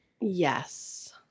Yes